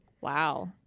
Wow